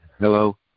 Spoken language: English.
Hello